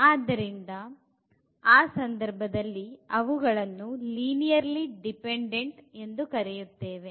ಆದ್ದರಿಂದ ಅವುಗಳನ್ನು ಆ ಸಂದರ್ಭದಲ್ಲಿ ಲೀನಿರ್ಯಾಲಿ ಡಿಪೆಂಡೆಂಟ್ ಎಂದು ಕರೆಯುತ್ತೇವೆ